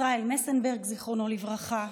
וישראל מסנברג, זיכרונו לברכה,